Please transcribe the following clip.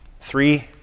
Three